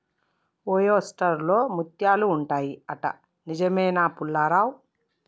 oyster లో ముత్యాలు ఉంటాయి అంట, నిజమేనా పుల్లారావ్